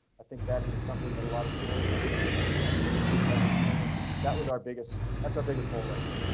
i think that is something that a lot of schools, including twenty and districts have experienced. that was our biggest. that's our biggest hole right now.